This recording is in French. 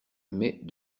mais